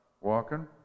walking